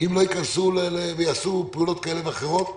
ייכנסו ויעשו פעולות כאלה ואחרות.